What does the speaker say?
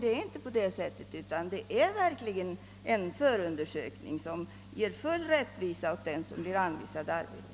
Det är inte på det sättet, utan det görs verkligen en förundersökning som ger full rättvisa åt den som blir anvisad arbete.